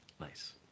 Nice